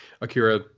Akira